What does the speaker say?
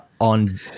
on